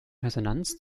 resonanz